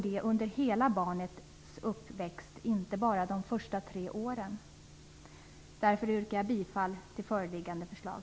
Det gäller under barnets hela uppväxt, inte bara under de första tre åren. Därför yrkar jag bifall till föreliggande förslag.